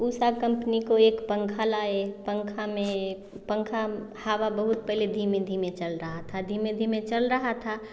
Usha company को एक पंखा लाए पंखा मे पंखा हवा बहुत पहले धीमे धीमे चल रहा था धीमे धीमे चल रहा था